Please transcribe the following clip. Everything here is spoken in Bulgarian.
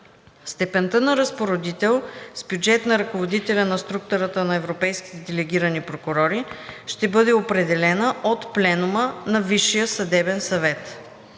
Степента на разпоредител с бюджет на ръководителя на структурата на европейските делегирани прокурори ще бъде определена от пленума на Висшия съдебен съвет.